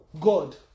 God